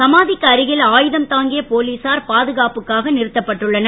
சமாதிக்கு அருகில் ஆயுதம் தாங்கிய போலீசார் பாதுகாப்புக்காக நிறுத்தப்பட்டுள்ளனர்